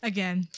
Again